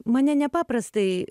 mane nepaprastai